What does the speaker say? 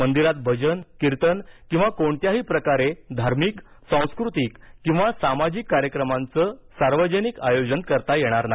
मंदिरात भजन किर्तन किंवा कोणत्याही प्रकारे धार्मिक सांस्कृतिक अथवा सामाजिक कार्यक्रमांचे सार्वजनिक आयोजन करता येणार नाही